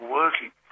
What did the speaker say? working